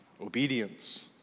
obedience